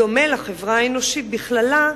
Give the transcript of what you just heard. בדומה לחברה האנושית בכללה,